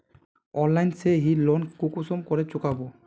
Online से ती loan कुंसम करे चुकाबो?